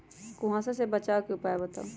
कुहासा से बचाव के उपाय बताऊ?